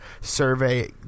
survey